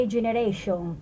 Generation